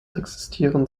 existieren